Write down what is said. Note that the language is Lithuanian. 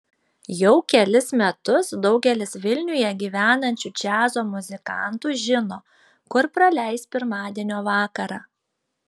jau kelis metus daugelis vilniuje gyvenančių džiazo muzikantų žino kur praleis pirmadienio vakarą